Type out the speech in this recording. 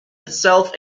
itself